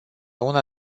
una